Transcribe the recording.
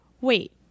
Wait